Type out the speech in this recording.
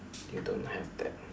you don't have that